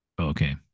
Okay